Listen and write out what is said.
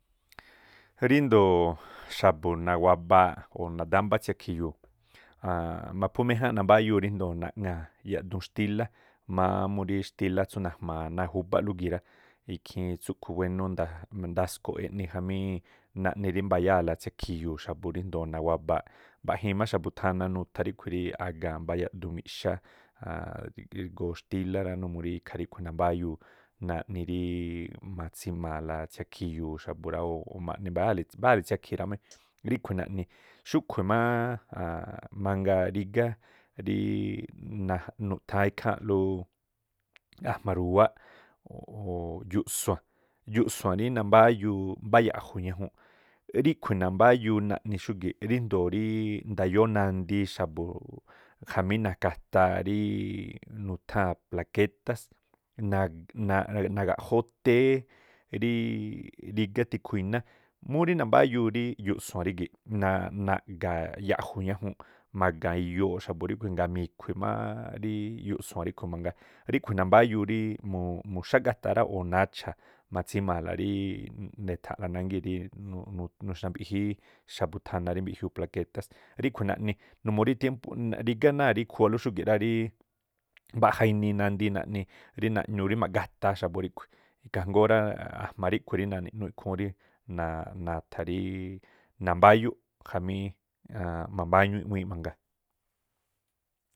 Rindoo̱ x̱abu̱ nawabaaꞌ o̱ ndámbá tsiakhi̱yu̱u̱ maphú méjánꞌ nambáyuu ríndoo̱ naꞌŋa̱a̱ yaꞌduun xtílá má murí xtílá tsú najmaa náa̱ júbálú gii̱ rá. Ikhiin tsúꞌkho̱ wénú nda- ndasko̱ꞌ- eꞌni jamí naꞌni rí mbayáa̱la tsiakhi̱yu̱u̱ xa̱bu̱ ríndoo̱ nawabaaꞌ. Mbaꞌjiin má xa̱bu̱ thana nutha riꞌkhui̱ rí a̱ga̱a̱n mbá yaꞌdu miꞌxá rigo̱o̱ xtilá rá numuu rí ikhaa ríꞌkhui̱ nambáyuu rí ma̱tsima̱a̱la tsiakhi̱yu̱u̱ xa̱bu̱ rá o̱ mba̱yaa̱le tsiakhi̱i rá mé, ríꞌkhui̱̱ naꞌni. Xúꞌkhui̱ máá mangaa rigá ríí nuꞌtháán ikháa̱nꞌlú ajma̱ ru̱wáꞌ o̱ yuꞌsua̱n, yuꞌsua̱n rí nambáyuu mbá yaꞌju ñajuunꞌ ríꞌkhui̱ nambáyuu naꞌni xúgi̱ꞌ ríndoo̱ ríí ndayóó nandii xa̱bu̱ jamí na̱ka̱taa rí nutháa̱n plaquétás nagaꞌjóó téé ríí rígá tikhu iná múrí nambáyuu rí yuꞌsua̱n rígi̱ꞌ naꞌg̱a̱a̱, yaꞌju̱ ñajuunꞌ ma̱ga̱a̱n iyooꞌ xa̱bu̱ ríꞌkhui̱ ngaa̱ mi̱khui̱ má ríí yuꞌsua̱n riꞌkhui̱ mangaa. Ríꞌkhui̱ nambáyuu rí muuꞌ- muxágataa- rá o̱ nacha ma̱tsima̱a̱la ríí ne̱tha̱nꞌla nángii̱n rí nuꞌnu- nuxnambiꞌjíí- xa̱bu̱ tha̱na rí mbiꞌjiuu plaquétás rí̱khui̱ naꞌni numuu rí tiémpú naꞌ- rígá- náa̱ khuwalú xúgi̱ꞌ rá rí mbaꞌja inii nandii naꞌni rí naꞌñuu rí ma̱ꞌgataa xa̱bu̱ ríꞌkhui̱. Ikhaa njgóó rá ajma̱ ríꞌkhui̱ rí na̱ni̱ꞌnúúꞌ ikhúún rí na̱- na̱tha̱- ríí nambáyúꞌ jamí nambáñú i̱ꞌwíínꞌ mangaa.